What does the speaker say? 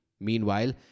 Meanwhile